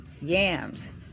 yams